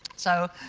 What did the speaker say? so,